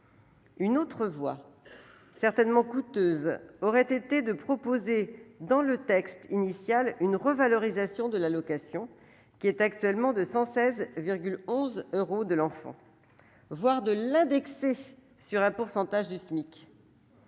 Une autre voie certainement coûteuse, aurait été de proposer dans le texte initial, une revalorisation de l'allocation qui est actuellement de 116 11 euros de l'enfant, voire de l'indexer sur un pourcentage du SMIC.